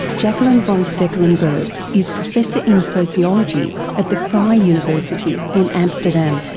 stekelenburg stekelenburg is professor in sociology at the frei university in amsterdam.